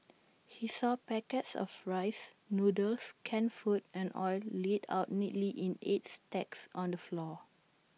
he saw packets of rice noodles canned food and oil laid out neatly in eight stacks on the floor